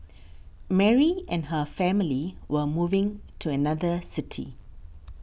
Mary and her family were moving to another city